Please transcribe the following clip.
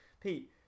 Pete